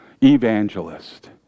evangelist